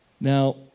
Now